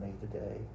today